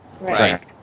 Right